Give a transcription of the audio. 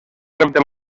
repte